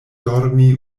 dormi